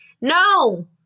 No